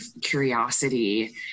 curiosity